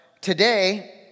today